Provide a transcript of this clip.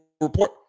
Report